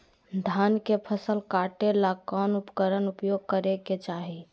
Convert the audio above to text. धान के फसल काटे ला कौन उपकरण उपयोग करे के चाही?